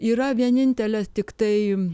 yra vienintelė tiktai